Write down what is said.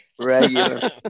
Regular